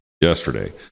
yesterday